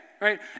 right